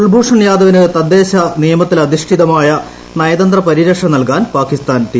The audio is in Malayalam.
കുൽഭൂഷൺ ജാദവിന് തദ്ദേശ നിയമത്തിലധിഷ്ഠിതമായ നയത്രന്ത്ര പരിരക്ഷ നൽകാൻ പാകിസ്ഥാൻ തീരുമാനം